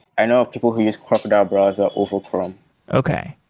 i know of people who use crocodile browser over chrome okay,